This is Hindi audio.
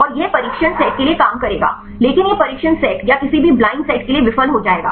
और यह प्रशिक्षण सेट के लिए काम करेगा लेकिन यह प्रशिक्षण सेट या किसी भी ब्लाइंड सेट के लिए विफल हो जाएगा